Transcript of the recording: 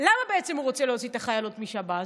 למה בעצם הוא רוצה להוציא את החיילות משב"ס?